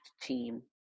team